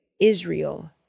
Israel